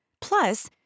Plus